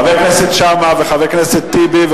חבר הכנסת שאמה וחבר הכנסת טיבי?